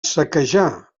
saquejar